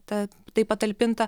ta tai patalpinta